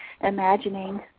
imagining